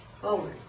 forward